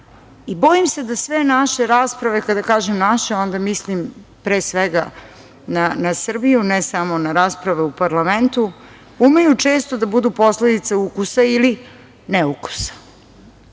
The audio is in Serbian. znamo. Bojim se da sve naše rasprave, kada kažem naše, onda mislim pre svega na Srbiju, ne samo na raspravu u parlamentu, umeju često da budu posledica ukusa ili neukusa. Šta